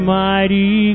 mighty